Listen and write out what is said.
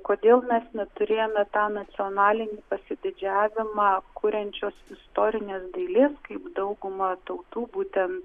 kodėl mes neturėjome tą nacionalinį pasididžiavimą kuriančios istorinės dailės kaip dauguma tautų būtent